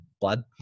blood